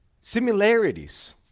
similarities